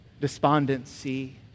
despondency